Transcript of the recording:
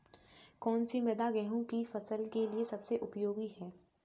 कौन सी मृदा गेहूँ की फसल के लिए सबसे उपयोगी है?